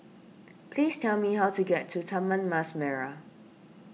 please tell me how to get to Taman Mas Merah